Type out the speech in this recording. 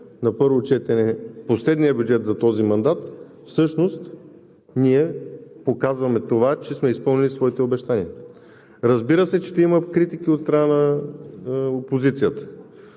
на първо четене последния бюджет за този мандат, всъщност ние показваме това, че сме изпълнили своите обещания. Разбира се, че ще има критики от страна на опозицията.